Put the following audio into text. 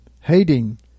hating